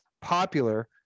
popular